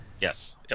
Yes